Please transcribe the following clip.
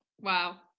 wow